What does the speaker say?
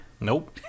Nope